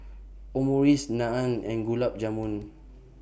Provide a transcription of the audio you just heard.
Omurice Naan and Gulab Jamun